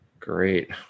Great